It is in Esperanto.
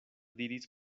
diris